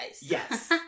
Yes